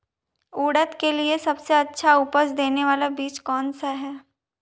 उड़द के लिए सबसे अच्छा उपज देने वाला बीज कौनसा है?